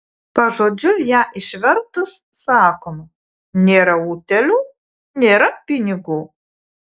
pažodžiui ją išvertus sakoma nėra utėlių nėra pinigų